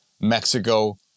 Mexico